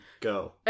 go